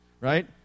right